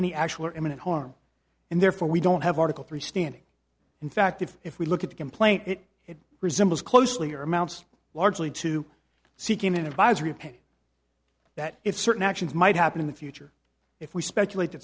any actual or imminent harm and therefore we don't have article three standing in fact if we look at the complaint it it resembles closely or amounts largely to see came in advisory opinion that if certain actions might happen in the future if we speculate that